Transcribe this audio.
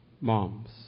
Mom's